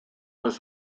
was